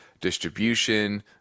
distribution